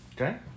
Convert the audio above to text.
Okay